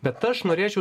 bet aš norėčiau